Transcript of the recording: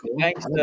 thanks